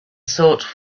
thought